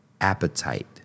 appetite